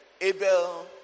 Abel